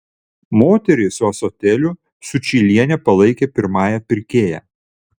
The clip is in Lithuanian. moterį su ąsotėliu sučylienė palaikė pirmąja pirkėja